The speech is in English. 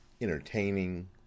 entertaining